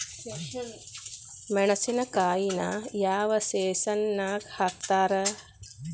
ಮೆಣಸಿನಕಾಯಿನ ಯಾವ ಸೇಸನ್ ನಾಗ್ ಹಾಕ್ತಾರ?